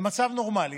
במצב נורמלי